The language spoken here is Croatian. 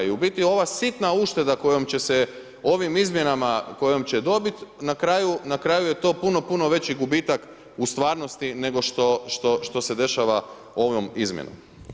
I u biti ova sitna ušteda kojom će se ovim izmjenama kojom će dobit, na kraju je to puno, puno veći gubitak u stvarnosti nego što se dešava ovom izmjenom.